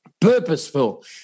purposeful